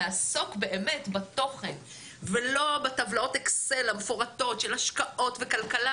לעסוק בתוכן ולא בטבלאות האקסל המפורטות של השקעות וכלכלה